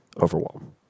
overwhelm